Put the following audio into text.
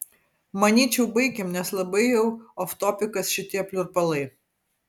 manyčiau baikim nes labai jau oftopikas šitie pliurpalai